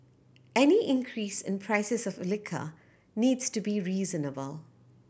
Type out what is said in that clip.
any increase in prices of liquor needs to be reasonable